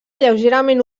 lleugerament